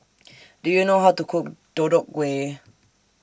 Do YOU know How to Cook Deodeok Gui